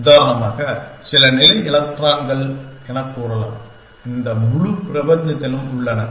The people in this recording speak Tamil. உதாரணமாக சில நிலை எலக்ட்ரான்கள் எனக் கூறலாம் இந்த முழு பிரபஞ்சத்திலும் உள்ளன